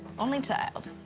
only child.